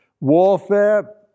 warfare